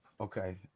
Okay